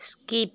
skip